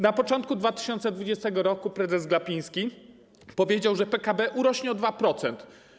Na początku 2020 r. prezes Glapiński powiedział, że PKB urośnie o 2%.